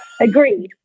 Agreed